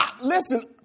Listen